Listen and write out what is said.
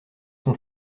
son